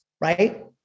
right